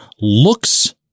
looks